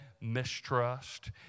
mistrust